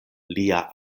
lia